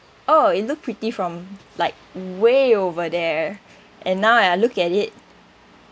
oh it look pretty from like way over there and now when I look at it